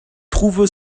trouve